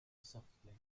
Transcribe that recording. softly